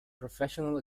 professional